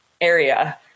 area